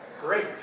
Great